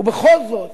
ובכל זאת